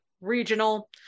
regional